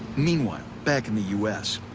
meanwhile, back in the us,